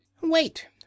Wait